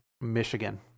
Michigan